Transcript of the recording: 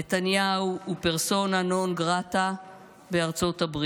נתניהו הוא פרסונה נון גרטה בארצות הברית.